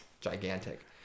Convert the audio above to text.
gigantic